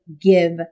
give